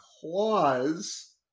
clause